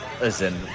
listen